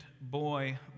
boy